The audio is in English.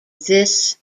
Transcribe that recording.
this